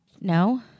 No